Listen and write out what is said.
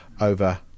over